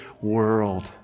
world